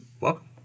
Welcome